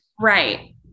Right